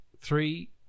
Three